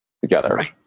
together